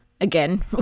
again